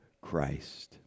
Christ